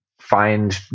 find